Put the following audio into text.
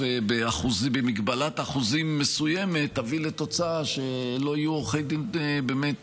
במגבלת אחוזים מסוימת תביא לתוצאה שלא יהיו עורכי דין באמת,